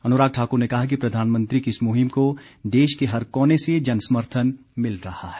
अनुराग ठाकुर ने कहा कि प्रधानमंत्री की इस मुहिम को देश के हर कोने से जन समर्थन मिल रहा है